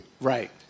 Right